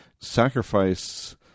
sacrifice